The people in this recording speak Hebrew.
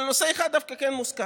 אבל נושא אחד דווקא כן מוזכר.